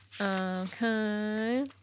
Okay